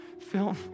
film